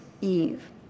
Eve